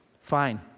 fine